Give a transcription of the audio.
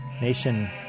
nation